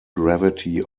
gravity